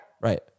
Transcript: Right